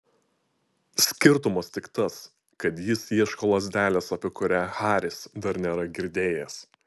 skirtumas tik tas kad jis ieško lazdelės apie kurią haris dar nėra girdėjęs